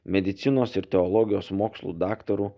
medicinos ir teologijos mokslų daktaru